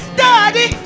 daddy